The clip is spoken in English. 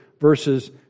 verses